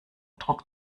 druck